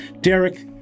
derek